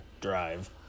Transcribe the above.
Drive